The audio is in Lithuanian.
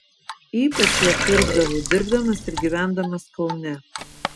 ypač ją pirkdavau dirbdamas ir gyvendamas kaune